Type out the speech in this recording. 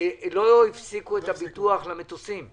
לא הפסיקו את הביטוח למטוסים.